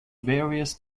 various